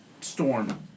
storm